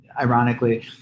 ironically